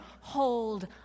hold